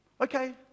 Okay